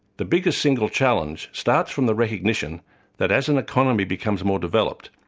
the biggest single challenge starts from the recognition that as an economy becomes more developed,